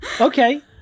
okay